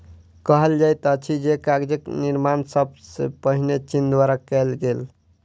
कहल जाइत अछि जे कागजक निर्माण सब सॅ पहिने चीन द्वारा कयल गेल